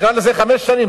חמש שנים,